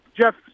Jeff